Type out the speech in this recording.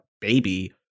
baby